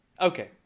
okay